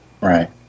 Right